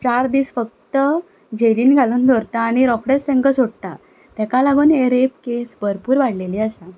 चार दीस फक्त जेलीन घालून दवरता आनी रोकडे तांकां सोडटा ताका लागून हे रेप केस भरपूर वाडलेली आसा